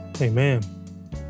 Amen